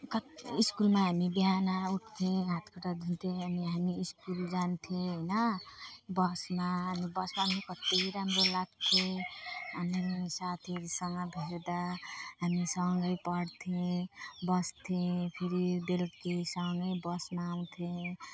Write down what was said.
कति स्कुलमा हामी बिहान उठ्थेँ हातखुट्टा धुन्थेँ अनि हामी स्कुल जान्थ्यौँ होइन बसमा अनि बसमा पनि कति राम्रो लाग्थ्यो अनि साथीहरूसँग भेट्दा हामी सँगै पढ्थ्यौँ बस्थ्यौँ फेरि बेलुकी सँगै बसमा आउँथ्यौँ